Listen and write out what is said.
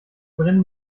brennen